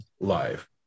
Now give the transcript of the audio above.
live